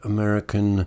American